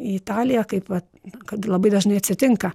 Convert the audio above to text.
į italiją kaip vat kad labai dažnai atsitinka